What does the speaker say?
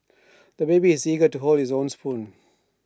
the baby is eager to hold his own spoon